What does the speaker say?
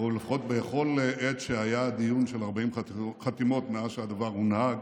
או לפחות בכל עת שהיה דיון של 40 חתימות מאז שהדבר הונהג,